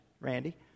Randy